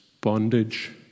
bondage